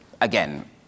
again